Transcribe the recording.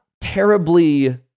terribly